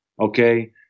okay